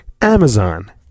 Amazon